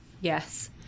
yes